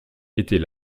était